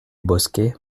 bosquet